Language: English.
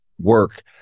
work